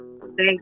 Thanks